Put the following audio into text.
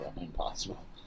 impossible